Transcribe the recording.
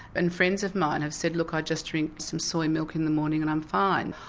and friends of mine have said look i just drink some soya milk in the morning and i'm fine.